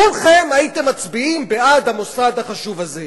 כולכם הייתם מצביעים בעד המוסד החשוב הזה.